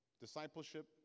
discipleship